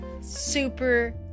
super